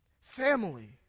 Family